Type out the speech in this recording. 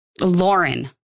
Lauren